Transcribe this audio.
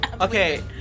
Okay